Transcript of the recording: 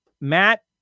Matt